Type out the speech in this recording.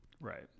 Right